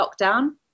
lockdown